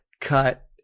cut